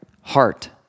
heart